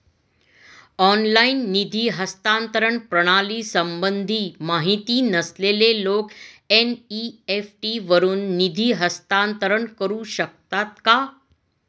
Online निधी हस्तांतरण प्रणालीसंबंधी माहिती नसलेले लोक एन.इ.एफ.टी वरून निधी हस्तांतरण करू शकतात का?